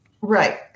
Right